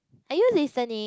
are you listening